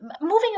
moving